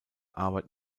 arbeit